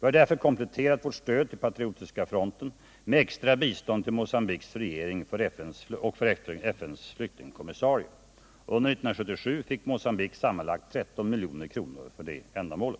Vi har därför kompletterat vårt stöd till Patriotiska fronten med extrabistånd till Mogambiques regering och FN:s flyktingkommissarie. Under 1977 fick Mogambique sammanlagt 13 milj.kr. för detta ändamål.